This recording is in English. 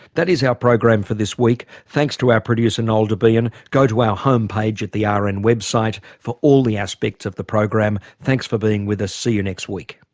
that is our program for this week. thanks to our producer noel debien. go to our homepage at the rn and website for all the aspects of the program. thanks for being with us. see you next week